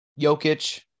Jokic